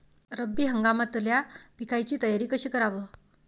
रब्बी हंगामातल्या पिकाइची तयारी कशी कराव?